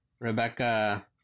Rebecca